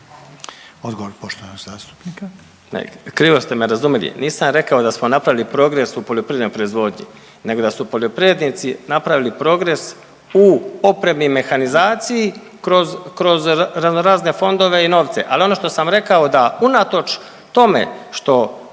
Odgovor poštovanog zastupnika.